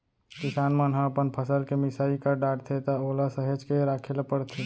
किसान मन ह अपन फसल के मिसाई कर डारथे त ओला सहेज के राखे ल परथे